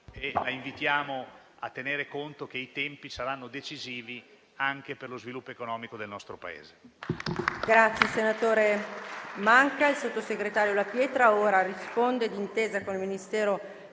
e la invitiamo a tenere conto del fatto che i tempi saranno decisivi anche per lo sviluppo economico del nostro Paese.